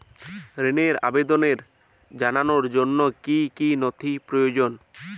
ঋনের আবেদন জানানোর জন্য কী কী নথি প্রয়োজন?